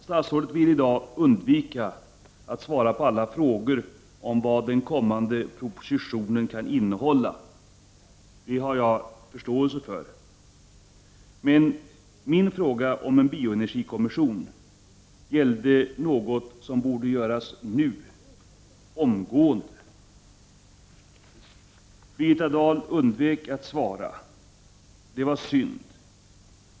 Statsrådet vill i dag undvika att svara på alla frågor om vad den kommande propositionen kan innehålla. Det har jag förståelse för. Men min fråga om en bioenergikommission gällde något som borde göras omgående. Birgitta Dahl undvek att svara. Det var synd.